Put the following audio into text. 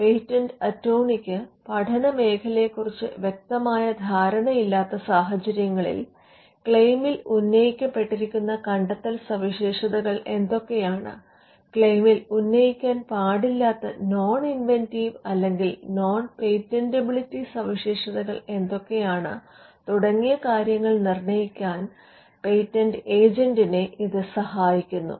patent അറ്റോർണിക്ക് പഠനമേഖലയെ കുറിച്ച് വ്യക്തമായ ധാരണയില്ലാത്ത സാഹചര്യങ്ങളിൽ ക്ലെയിമിൽ ഉന്നയിക്കപ്പെട്ടിരിക്കുന്ന കണ്ടെത്തൽ സവിശേഷതകൾ എന്തൊക്കെയാണ് ക്ലെയിമിൽ ഉന്നയിക്കാൻ പാടില്ലാത്ത നോൺ ഇൻവെന്റീവ് അല്ലെങ്കിൽ നോൺ പേറ്റന്റെബിലിറ്റി സവിശേഷതകൾ എന്തൊക്കെയാണ് തുടങ്ങിയ കാര്യങ്ങൾ നിർണ്ണയിക്കാൻ പേറ്റന്റ് ഏജന്റിനെ ഇത് സഹായിക്കുന്നു